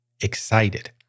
excited